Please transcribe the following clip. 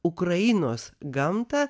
ukrainos gamtą